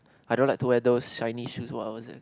I don't like to wear those shiny shoes what was it